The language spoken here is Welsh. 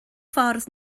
ffordd